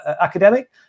academic